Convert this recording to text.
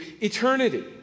eternity